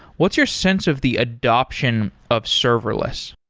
what's your sense of the adoption of serverless?